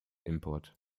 import